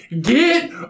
Get